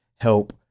help